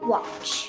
Watch